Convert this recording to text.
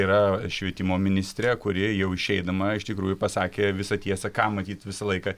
yra švietimo ministrė kuri jau išeidama iš tikrųjų pasakė visą tiesą ką matyt visą laiką